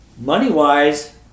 money-wise